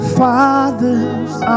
father's